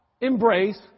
embrace